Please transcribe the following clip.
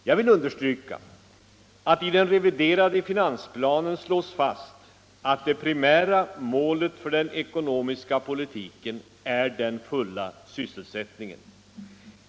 Jag vill understryka att det i den reviderade finansplanen slås fast att det primära målet för den ekonomiska politiken är den fulla sysselsättningen.